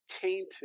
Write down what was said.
tainted